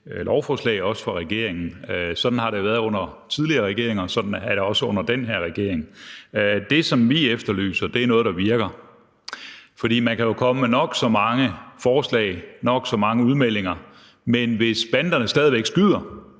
lovforslag også fra regeringen. Sådan har det været under tidligere regeringer, og sådan er det også under den her regering. Det, som vi efterlyser, er noget, der virker. For man kan jo komme med nok så mange forslag og nok så mange udmeldinger, men hvis banderne stadig væk skyder